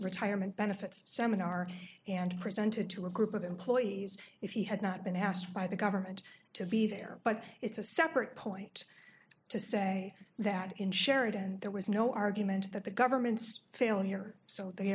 retirement benefits seminar and presented to a group of employees if he had not been asked by the government to be there but it's a separate point to say that in sherrod and there was no argument that the government's failure so they